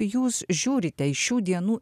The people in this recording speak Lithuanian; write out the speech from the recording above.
jūs žiūrite į šių dienų